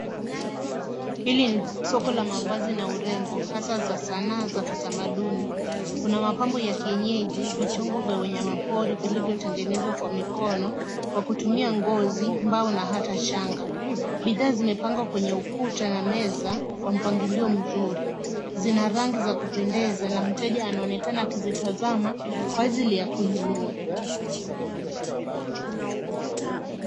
Hili ni soko la mavazi na urembo, hasa za sanaa za kitamaduni. Kuna mapambo ya kienyeji, vichongo vya wanyama pori vilivyotengenezwa kwa mikono, kwa kutumia ngozi, mbao na hata shanga. Bidhaa zimepangwa kwenye ukuta na meza kwa mpangilio mzuri. Zina rangi za kupendeza na mteja anaonekana akizitazama kwa ajili ya kununua.